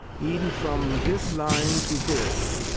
e'en from this line to this.